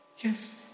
yes